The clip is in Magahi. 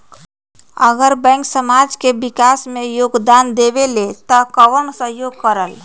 अगर बैंक समाज के विकास मे योगदान देबले त कबन सहयोग करल?